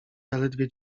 zaledwie